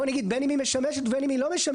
בוא נגיד בין אם היא משמשת ובין אם היא לא משמשת.